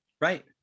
Right